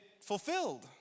fulfilled